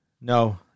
no